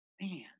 Man